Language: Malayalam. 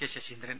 കെ ശശീന്ദ്രൻ